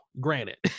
granted